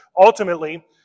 ultimately